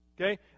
Okay